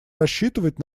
рассчитывать